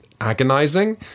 agonizing